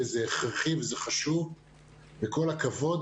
וזה הכרחי וזה חשוב וכל הכבוד,